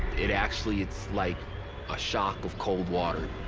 it actually, it's like a shock of cold water.